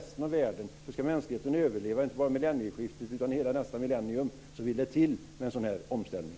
Ska mänskligheten överleva inte bara millenieskiftet utan hela nästa millenium så vill det till en omställning.